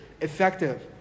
effective